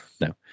no